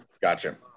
Gotcha